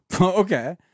Okay